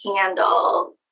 handle